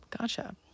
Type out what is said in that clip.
Gotcha